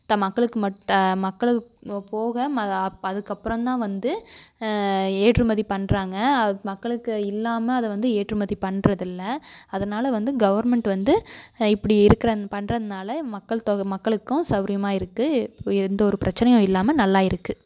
மக்களுக்கு மக்களுக்கு போக அதுக்கப்புறம் தான் வந்து ஏற்றுமதி பண்ணுறாங்க மக்களுக்கு இல்லாமல் அதை வந்து ஏற்றுமதி பண்ணுறதில்ல அதனால வந்து கவர்மெண்ட் வந்து இப்படி இருக்கிற பண்ணுறதுனால மக்கள் தொகை மக்களுக்கும் சௌகரியமா இருக்கு இப்போ எந்த ஒரு பிரச்சனையும் இல்லாமல் நல்லா இருக்கு